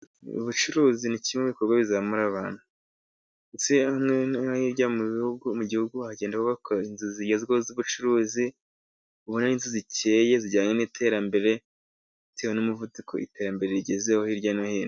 Ubucuruzi ni kimwe mu bikorwa bizamura abantu, hiryano hino mu bihugu mu gihugu bagenda bubaka inzu zigezweho z'ubucuruzi zikeye zijyanye n'iterambere, bitewe n'umuvuduko iterambere rigezeho hirya no hino.